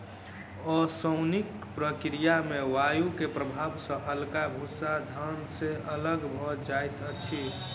ओसौनिक प्रक्रिया में वायु के प्रभाव सॅ हल्का भूस्सा धान से अलग भअ जाइत अछि